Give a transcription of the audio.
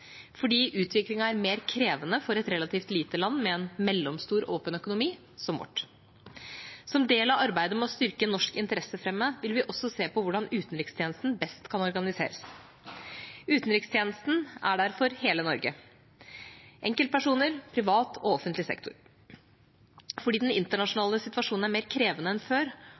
fordi utviklingen er mer krevende for et relativt lite land – med en mellomstor, åpen økonomi – som vårt. Som en del av arbeidet med å styrke og fremme norske interesser vil vi også se på hvordan utenrikstjenesten best kan organiseres. Utenrikstjenesten er der for hele Norge: enkeltpersoner, privat og offentlig sektor. Fordi den internasjonale situasjonen er mer krevende enn før,